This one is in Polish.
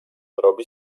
robi